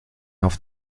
auf